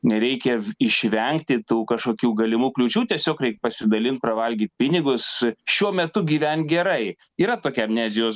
nereikia išvengti tų kažkokių galimų kliūčių tiesiog reik pasidalint pravalgyt pinigus šiuo metu gyvent gerai yra tokia amnezijos